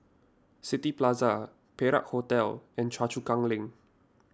City Plaza Perak Hotel and Choa Chu Kang Link